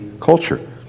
culture